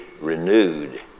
renewed